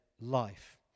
life